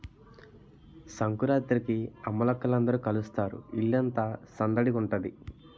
సంకురాత్రికి అమ్మలక్కల అందరూ కలుస్తారు ఇల్లంతా సందడిగుంతాది